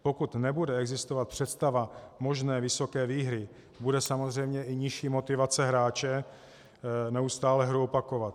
Pokud nebude existovat představa možné vysoké výhry, bude samozřejmě i nižší motivace hráče neustále hru opakovat.